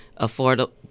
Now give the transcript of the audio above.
affordable